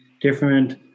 different